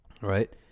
right